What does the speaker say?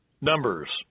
Numbers